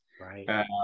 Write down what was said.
Right